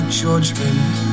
judgment